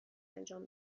انجام